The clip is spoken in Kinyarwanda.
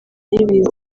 y’ibiza